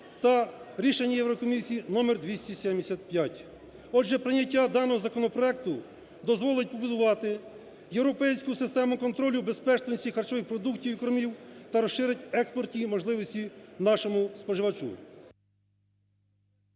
та рішення Єврокомісії № 275. Отже, прийняття даного законопроекту дозволить побудувати європейську систему контролю безпечності харчових продуктів і кормів та розширить експорт її можливості нашому споживачу.